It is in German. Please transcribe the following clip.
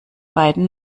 beiden